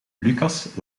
lucas